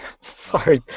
sorry